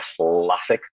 classic